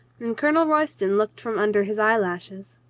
and colonel royston looked from under his eyelashes.